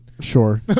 Sure